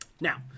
Now